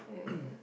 yeah